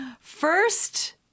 first